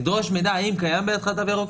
לדרוש מידע האם קיים בידך תו ירוק או לא.